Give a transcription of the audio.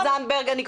זנדברג.